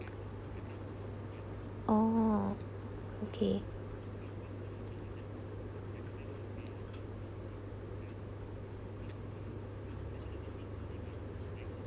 oh okay